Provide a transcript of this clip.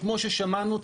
שכמו ששמענו,